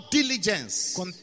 diligence